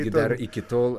ir dar iki tol